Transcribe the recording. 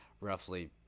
roughly